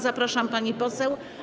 Zapraszam, pani poseł.